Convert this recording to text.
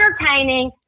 entertaining